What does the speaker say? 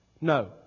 No